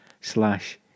slash